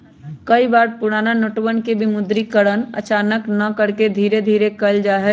कई बार पुराना नोटवन के विमुद्रीकरण अचानक न करके धीरे धीरे कइल जाहई